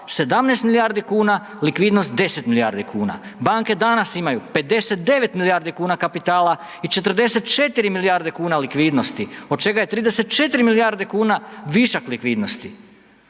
17 milijardi kuna, likvidnost 10 milijuna kuna. Banke danas imaju 59 milijardi kuna kapitala i 44 milijardi kuna likvidnosti od čega je 34 milijardi kuna višak likvidnosti.